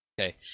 Okay